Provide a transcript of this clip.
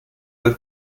the